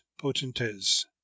potentes